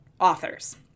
authors